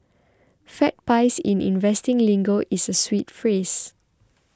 fat pies in investing lingo is a sweet phrase